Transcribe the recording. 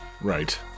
right